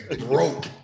Broke